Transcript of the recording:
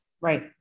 Right